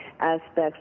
aspects